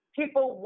people